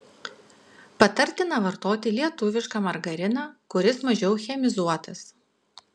patartina vartoti lietuvišką margariną kuris mažiau chemizuotas